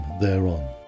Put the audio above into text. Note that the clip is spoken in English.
thereon